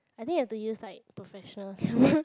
I think you have to use like professional camera